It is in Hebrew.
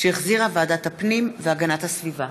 שהחזירה ועדת הפנים והגנת הסביבה.